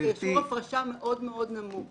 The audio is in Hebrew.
הפרשה מאוד מאוד נמוך.